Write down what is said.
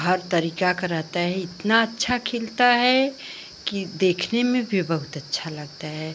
हर तरीका का रहता है इतना अच्छा खिलता है कि देखने में भी बहुत अच्छा लगता है